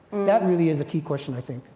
that really is a key question, i think.